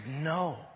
no